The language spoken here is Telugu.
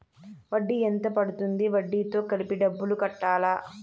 వడ్డీ ఎంత పడ్తుంది? వడ్డీ తో కలిపి డబ్బులు కట్టాలా?